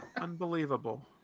Unbelievable